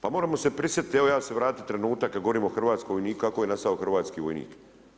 Pa možemo se prisjetiti, evo ja se vratiti trenutak kada govorimo hrvatskom vojniku, kako je nastao hrvatski vojnik.